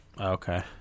Okay